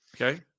Okay